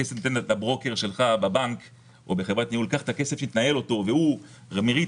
בחלק הראשון בהסדרה של השותפויות כל מי שנהנה ממערב